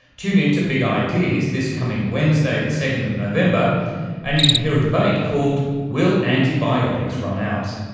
tune-in to big ideas this coming wednesday the second of november and you can hear a debate called will anti-biotics run out,